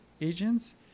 agents